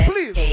Please